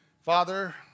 Father